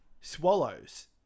swallows